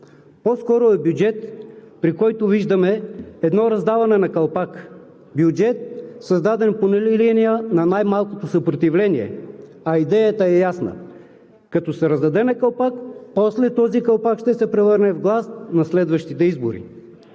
по-скоро е бюджет, при който виждаме едно раздаване на калпак, бюджет, създаден по линия на най-малкото съпротивление, а идеята е ясна – като се раздаде на калпак, после този калпак на следващите избори